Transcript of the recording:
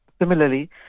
Similarly